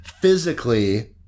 physically